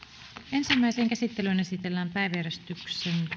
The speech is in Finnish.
ensimmäiseen käsittelyyn esitellään päiväjärjestyksen